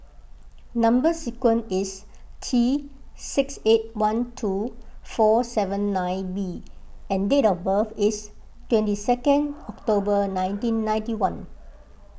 Number Sequence is T six eight one two four seven nine B and date of birth is twenty second October nineteen ninety one